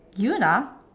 Yoona